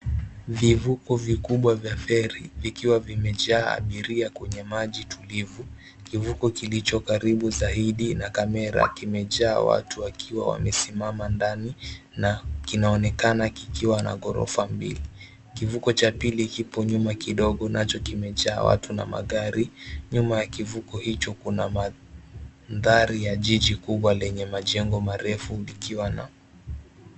Vivuko vikubwa vya feri vikiwa vimejaa abiria kwenye maji tulivu. Kivuko kilicho karibu zaidi na kamera kimejaa watu wakiwa wamesimama ndani na kinaonekana kikiwa na ghorofa mbili. Kivuko cha pili kipo nyuma kidogo, nacho kimejaa watu na magari. Nyuma ya kivuko hicho kuna mandhari ya jiji kubwa lenye majengo marefu likiwa na...